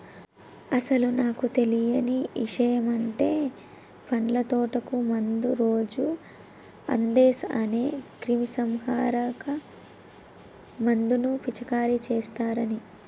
అసలు నాకు తెలియని ఇషయమంటే పండ్ల తోటకు మందు రోజు అందేస్ అనే క్రిమీసంహారక మందును పిచికారీ చేస్తారని